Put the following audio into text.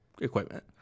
equipment